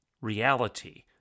reality